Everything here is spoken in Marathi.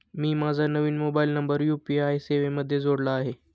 मी माझा नवीन मोबाइल नंबर यू.पी.आय सेवेमध्ये जोडला आहे